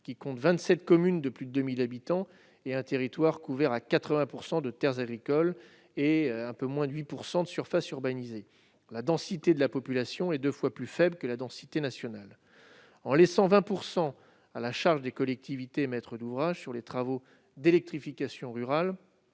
qui compte 27 communes de plus de 2 000 habitants, dont le territoire est couvert à 80 % de terres agricoles- un peu moins de 8 % de la surface est urbanisée -et où la densité de la population est deux fois plus faible que la densité nationale. En laissant 20 % à la charge des collectivités, maîtres d'ouvrage sur les travaux d'électrification rurale,